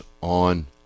on